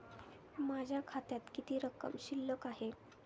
माझ्या खात्यात किती रक्कम शिल्लक आहे?